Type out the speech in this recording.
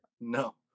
No